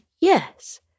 yes